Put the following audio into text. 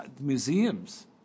museums